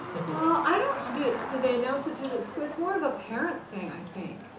well i don't, did did they announce it to the, it's so it's more of a parent thing, i think.